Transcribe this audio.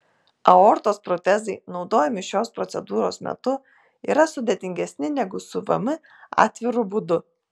aortos protezai naudojami šios procedūros metu yra sudėtingesni negu siuvami atviru būdu